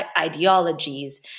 ideologies